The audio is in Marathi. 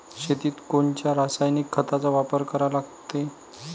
शेतीत कोनच्या रासायनिक खताचा वापर करा लागते?